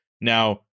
Now